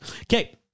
Okay